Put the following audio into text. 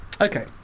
Okay